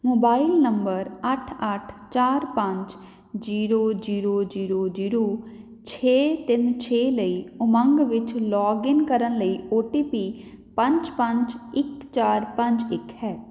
mobile number ਅੱਠ ਅੱਠ ਚਾਰ ਪੰਜ ਜ਼ੀਰੋ ਜ਼ੀਰੋ ਜ਼ੀਰੋ ਜ਼ੀਰੋ ਛੇ ਤਿੰਨ ਛੇ ਲਈ ਉਮੰਗ ਵਿੱਚ ਲੌਗਇਨ ਕਰਨ ਲਈ ਓ ਟੀ ਪੀ ਪੰਜ ਪੰਜ ਇੱਕ ਚਾਰ ਪੰਜ ਇੱਕ ਹੈ